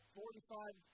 forty-five